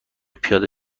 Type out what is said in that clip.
پیاده